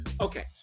Okay